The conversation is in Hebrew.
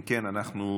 אם כן, אנחנו,